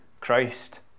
Christ